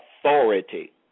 authority